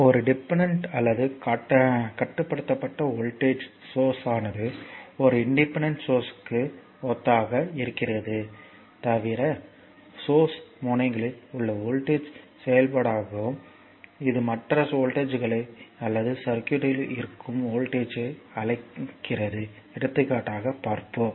ஒரு டிபெண்டன்ட் அல்லது கட்டுப்படுத்தப்பட்ட வோல்டேஜ் சோர்ஸ் ஆனது ஒரு இன்டிபெண்டன்ட் சோர்ஸ்க்கு ஒத்ததாக இருக்கிறது தவிர சோர்ஸ் முனையங்களில் உள்ள வோல்டேஜ் செயல்பாடாகும் இது மற்ற வோல்ட்டேஜ்களை அல்லது சர்க்யூட்யில் இருக்கும் வோல்ட்டேஜ் ஐ அழைக்கிறது எடுத்துக்காட்டாக பார்ப்போம்